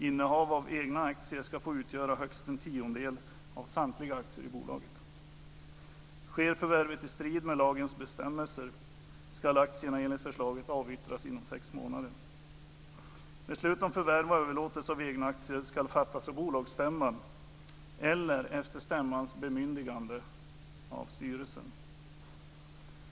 Innehav av egna aktier ska få utgöra högst en tiondel av samtliga aktier i bolaget. Sker förvärvet i strid med lagens bestämmelser ska aktierna enligt förslaget avyttras inom sex månader. Beslut om förvärv och överlåtelse av egna aktier ska fattas av bolagsstämman eller, efter stämmans bemyndigande, av styrelsen.